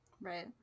Right